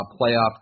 playoff